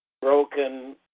broken